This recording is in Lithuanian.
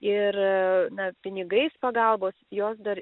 ir na pinigais pagalbos jos dar